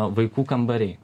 vaikų kambariai